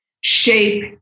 shape